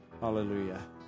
Hallelujah